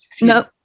No